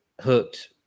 hooked